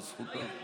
זו זכותה.